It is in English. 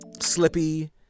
Slippy